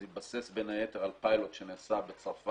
זה התבסס בין היתר על פיילוט שנעשה בצרפת,